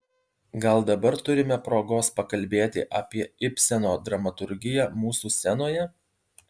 gal dabar turime progos pakalbėti apie ibseno dramaturgiją mūsų scenoje